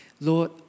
Lord